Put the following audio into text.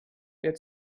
wer